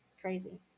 crazy